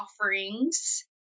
offerings